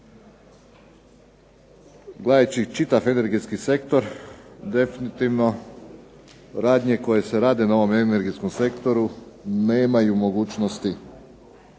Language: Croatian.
gledajući čitav energetski sektor definitivno radnje koje se rade na ovom energetskom sektoru nemaju mogućnosti